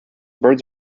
birds